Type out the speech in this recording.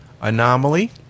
anomaly